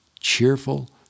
cheerful